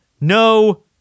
No